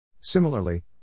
Similarly